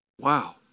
Wow